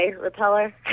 repeller